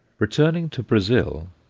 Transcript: returning to brazil,